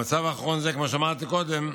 במצב אחרון זה, כמו שאמרתי קודם,